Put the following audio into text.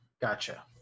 Gotcha